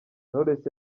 knowless